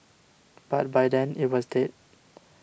but by then it was dead